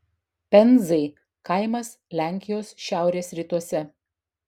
penzai kaimas lenkijos šiaurės rytuose